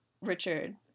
Richard